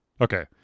okay